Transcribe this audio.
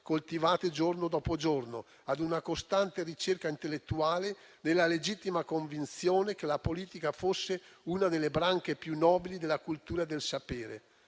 coltivata giorno dopo giorno, a una costante ricerca intellettuale e alla legittima convinzione che la politica fosse una delle branche più nobili della cultura del sapere,